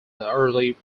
early